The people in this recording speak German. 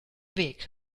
weg